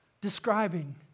describing